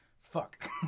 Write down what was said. fuck